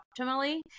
optimally